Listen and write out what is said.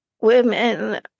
Women